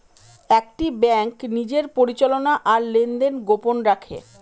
একটি ব্যাঙ্ক নিজের পরিচালনা আর লেনদেন গোপন রাখে